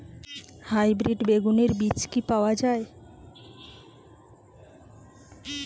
Hybrid বেগুনের বীজ কি পাওয়া য়ায়?